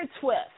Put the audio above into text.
twist